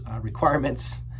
requirements